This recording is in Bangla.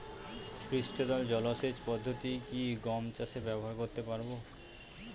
পৃষ্ঠতল জলসেচ পদ্ধতি কি গম চাষে ব্যবহার করতে পারব?